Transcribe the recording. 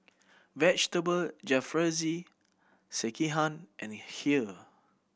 Vegetable Jalfrezi Sekihan and Kheer